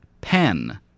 Pen